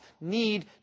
need